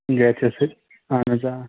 گَرِ چھُو سر اَہَن حظ آ